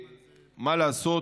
מה לעשות,